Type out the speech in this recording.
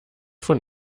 von